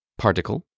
Particle